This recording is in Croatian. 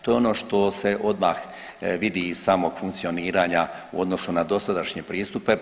To je ono što se odmah vidi iz samog funkcioniranja u odnosu na dosadašnje pristupe.